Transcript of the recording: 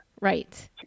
Right